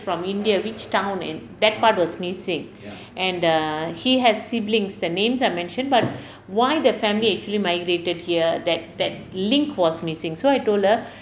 from india which town in that part was missing and err he has siblings the names are mentioned but why the family actually migrated here that that link was missing so I told her